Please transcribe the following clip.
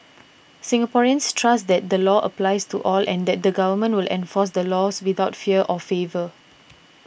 Singaporeans trust that the law applies to all and that the government will enforce the laws without fear or favour